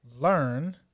learn